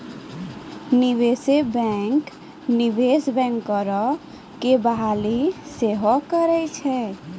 निवेशे बैंक, निवेश बैंकरो के बहाली सेहो करै छै